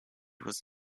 was